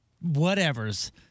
whatever's